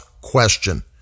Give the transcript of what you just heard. question